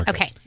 Okay